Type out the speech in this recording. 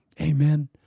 amen